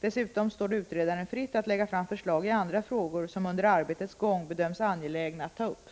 Dessutom står det utredaren fritt att lägga fram förslag i andra frågor som under arbetets gång bedöms som angelägna att ta